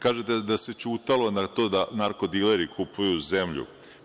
Kažete da se ćutalo na to da narko-dileri kupuju zemlju?